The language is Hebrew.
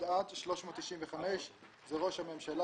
ראשית,